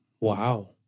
Wow